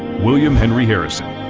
william henry harrison.